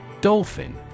Dolphin